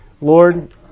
Lord